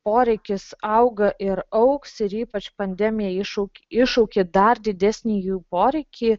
poreikis auga ir augs ir ypač pandemija iššaukė iššaukė dar didesnį jų poreikį